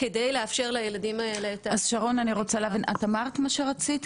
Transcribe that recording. כדי לאפשר לילדים האלה את ה --- אז שרון את אמרת את מה שרצית,